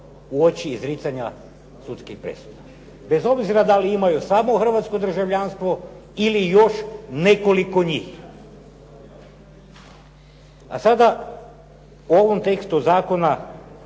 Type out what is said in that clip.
u oči izricanja sudskih presuda. Bez obzira da li imaju samo hrvatsko državljanstvo ili još nekoliko njih. A sada o ovom tekstu zakona